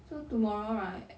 so tomorrow right